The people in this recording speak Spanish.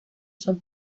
son